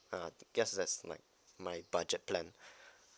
uh I guess that's like my budget plan